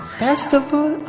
festival